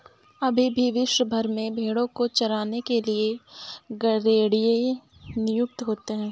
अभी भी विश्व भर में भेंड़ों को चराने के लिए गरेड़िए नियुक्त होते हैं